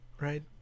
right